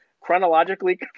chronologically